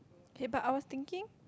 K but I was thinking